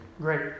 Great